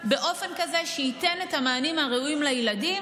באופן כזה שייתן את המענים הראויים לילדים,